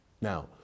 Now